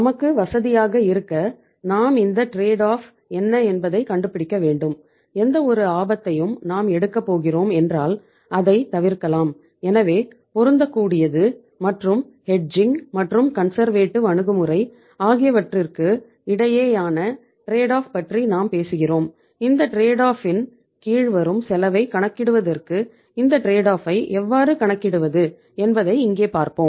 நமக்கு வசதியாக இருக்க நாம் இந்த ட்ரேட் ஆஃப் எவ்வாறு கணக்கிடுவது என்பதை இங்கே பார்ப்போம்